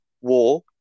war